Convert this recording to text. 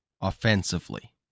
Offensively